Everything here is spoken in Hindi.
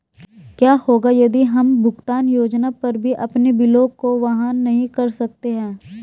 क्या होगा यदि हम भुगतान योजना पर भी अपने बिलों को वहन नहीं कर सकते हैं?